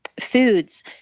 foods